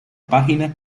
página